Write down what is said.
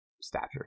stature